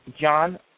John